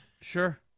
Sure